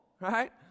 Right